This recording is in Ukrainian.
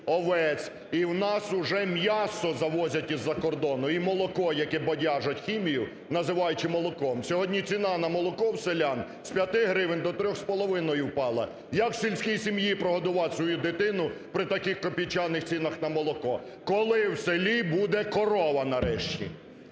овець і в нас вже м'ясо завозять із-за кордону і молоко, яке бодяжать хімію, називаючи молоком. Сьогодні ціна на молоко у селян з 5 гривень до 3,5 впала. Як сільській сім'ї прогодувати свою дитину при таких копійчаних цінах на молоко? Коли в селі буде корова нарешті?